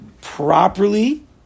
properly